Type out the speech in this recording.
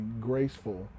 graceful